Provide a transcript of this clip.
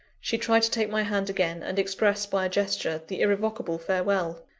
she tried to take my hand again, and express by a gesture the irrevocable farewell.